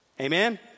Amen